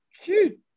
Cute